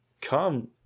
come